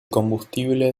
combustible